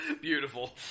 beautiful